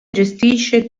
gestisce